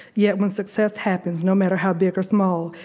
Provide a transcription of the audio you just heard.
yet when success happens, no matter how big or small,